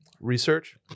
research